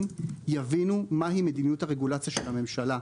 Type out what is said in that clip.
יבינו מהי מדיניות הרגולציה של הממשלה,